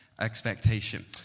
expectation